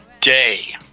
day